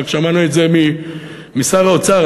רק שמענו את זה משר האוצר,